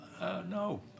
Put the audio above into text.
no